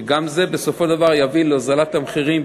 שגם זה בסופו של דבר יביא להוזלת מחירים,